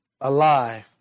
alive